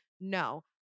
No